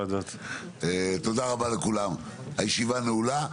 תודה רבה לכולם, הישיבה נעולה.